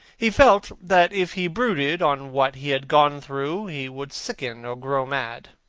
he felt that if he brooded on what he had gone through he would sicken or grow mad.